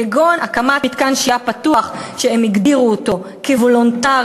כגון הקמת מתקן שהייה פתוח שהם הגדירו אותו כוולונטרי,